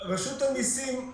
רשות המסים,